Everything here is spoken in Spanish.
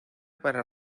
para